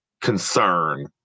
concern